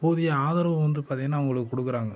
போதிய ஆதரவும் வந்து பார்த்திங்கன்னா அவங்களுக்கு கொடுக்குறாங்க